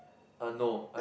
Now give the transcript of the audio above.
uh no